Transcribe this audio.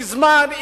מזמן.